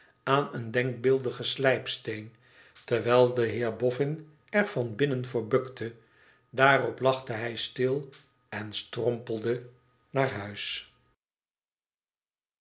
aan een denkbeeldigen slijpsteen terwijl de heer bofbn er van binnen voor bukte daarop lachte hij stil en strompelde naar huis